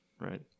right